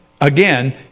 again